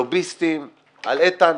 לוביסטים על איתן.